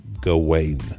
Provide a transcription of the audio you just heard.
Gawain